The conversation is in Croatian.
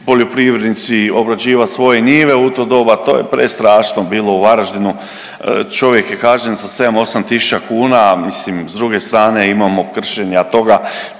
poljoprivrednici obrađivat svoje njive u to doba. To je prestrašno bilo u Varaždinu čovjek je kažnjen sa sedam, osam tisuća kuna, mislim s druge strane imamo kršenja toga.